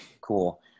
Cool